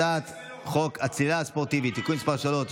הצעת חוק הצלילה הספורטיבית (תיקון מס' 3),